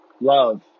love